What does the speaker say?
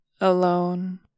alone